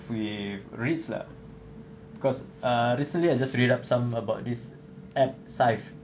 with REITs lah cause uh recently I just read up some about this app Syfe